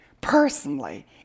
personally